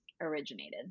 originated